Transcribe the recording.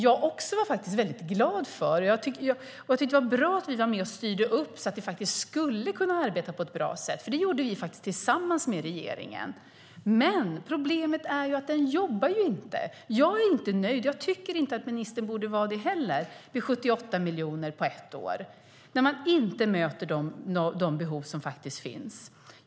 Jag var faktiskt också väldigt glad för det här kapitalet - och jag tyckte att det var bra att vi var med och styrde upp så att vi faktiskt skulle kunna arbeta på ett bra sätt; det gjorde vi nämligen tillsammans med regeringen - men problemet är att det inte jobbar. Jag är inte nöjd med 78 miljoner på ett år, och jag tycker inte att ministern borde vara det heller. Man möter inte de behov som faktiskt finns.